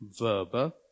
verbal